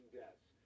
deaths